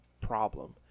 problem